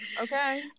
Okay